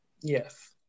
yes